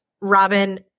Robin